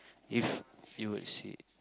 if you would see